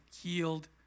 healed